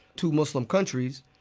two muslim countries,